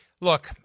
look